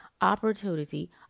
opportunity